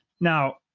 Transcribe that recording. now